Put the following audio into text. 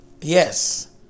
Yes